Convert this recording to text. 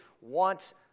want